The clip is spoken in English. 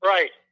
Right